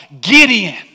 Gideon